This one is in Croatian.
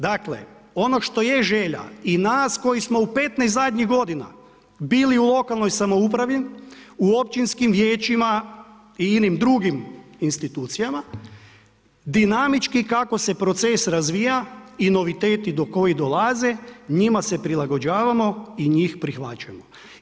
Dakle ono što je želja i nas koji smo u 15 zadnjih godina bili u lokalnoj samoupravi u općinskim vijećima i inim drugim institucijama, dinamički kako se proces razvija i noviteti do kojih dolaze njima se prilagođavamo i njih prihvaćamo.